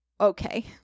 okay